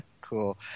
Cool